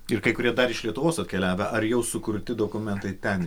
ir kai kurie dar iš lietuvos atkeliavę ar jau sukurti dokumentai ten